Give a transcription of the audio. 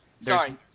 Sorry